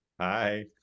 hi